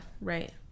right